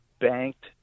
banked